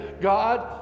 God